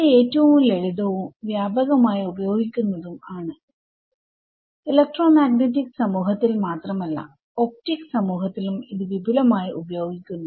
ഇത് ഏറ്റവും ലളിതവും വ്യാപകമായി ഉപയോഗിക്കുന്നതും ആണ് ഇലക്ട്രോമാഗ്നെറ്റിക്സ് സമൂഹത്തിൽ ൽ മാത്രമല്ല ഒപ്റ്റിക് സമൂഹത്തിലും ഇത് വിപുലമായി ഉപയോഗിക്കുന്നു